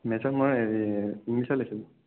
major মোৰ হেৰি ইংলিছত লৈছিলোঁ